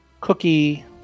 Cookie